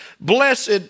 blessed